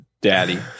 daddy